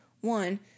one